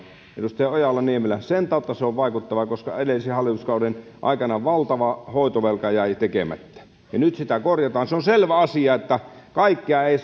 edustaja ojala niemelä sen tautta se on vaikuttava koska edellisen hallituskauden aikana valtava hoitovelka jäi tekemättä ja nyt sitä korjataan se on selvä asia että kaikkea ei